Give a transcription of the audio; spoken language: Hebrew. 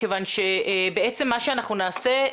כיוון שבעצם מה שאנחנו נעשה,